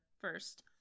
first